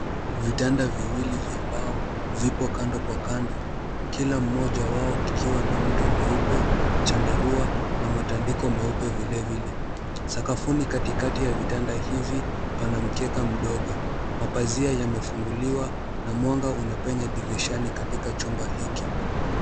Vitanda viwili vya mbao vipo kando kwa kando, kila mmoja wao kikiwa na mto mweupe, chandarua na matandiko meupe vile vile. Sakafuni katikati ya vitanda hivi pana mkeka mdogo. Mapazia yamefunguliwa na mwanga unapenya dirishani katika chumba hiki.